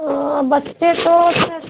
ओ बच्चे तो सिर्फ़